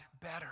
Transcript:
better